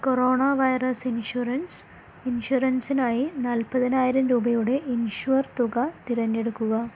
corona virus insurance ഇൻഷുറൻസിനായി നാൽപ്പതിനായിരം രൂപയുടെ ഇൻഷൂർ തുക തിരഞ്ഞെടുക്കുക